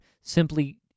Simply